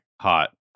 hot